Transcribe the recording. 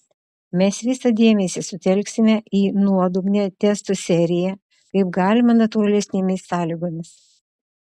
mes visą dėmesį sutelksime į nuodugnią testų seriją kaip galima natūralesnėmis sąlygomis